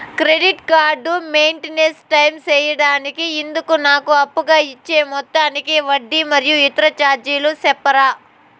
Credit card maintain time సేయడానికి ఇందుకు నాకు అప్పుగా ఇచ్చే మొత్తానికి వడ్డీ మరియు ఇతర చార్జీలు సెప్తారా?